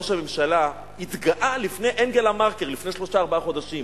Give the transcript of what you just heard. ראש הממשלה התגאה לפני אנגלה מרקל לפני שלושה-ארבעה חודשים: